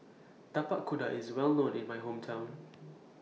Tapak Kuda IS Well known in My Hometown